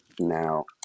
now